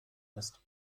ist